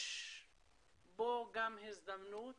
יש בו גם הזדמנות